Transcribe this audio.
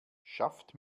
schafft